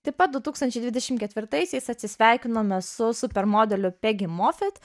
taip pat du tūkstančiai dvidešim ketvirtaisiais atsisveikinome su supermodeliu pegi mofit